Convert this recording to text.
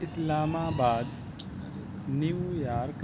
اسلام آباد New York